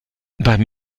beim